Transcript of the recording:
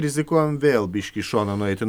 rizikuojam vėl biškį į šoną nueiti